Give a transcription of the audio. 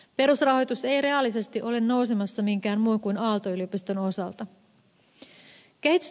perusrahoitus ei reaalisesti ole nousemassa minkään muun kuin aalto yliopiston osalta